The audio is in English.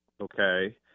Okay